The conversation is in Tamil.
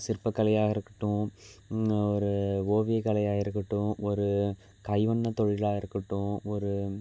சிற்பக்கலையாக இருக்கட்டும் ஒரு ஓவியக்கலையாக இருக்கட்டும் ஒரு கைவண்ணத் தொழிலாக இருக்கட்டும் ஒரு